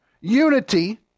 unity